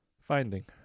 finding